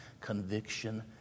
...conviction